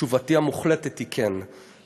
תשובתי המוחלטת היא: כן.